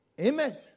Amen